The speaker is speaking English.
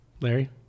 Larry